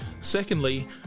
secondly